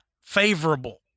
favorable